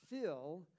fill